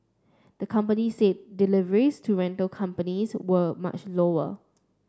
the company said deliveries to rental companies were much lower